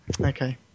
Okay